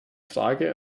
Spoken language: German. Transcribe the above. frage